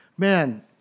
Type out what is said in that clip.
Man